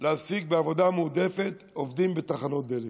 להעסיק בעבודה מועדפת עובדים בתחנות דלק.